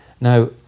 Now